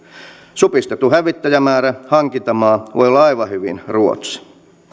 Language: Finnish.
supistetun hävittäjämäärän hankintamaa voi olla aivan hyvin ruotsi